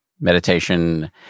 meditation